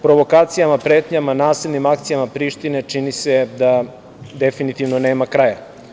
Provokacijama, pretnjama, nasilnim akcijama Prištine čini se da definitivno nema kraja.